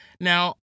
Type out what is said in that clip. Now